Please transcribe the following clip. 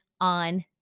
on